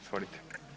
Izvolite.